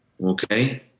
okay